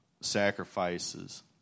sacrifices